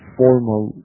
formal